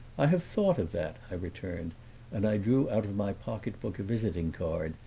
i have thought of that, i returned and i drew out of my pocketbook a visiting card,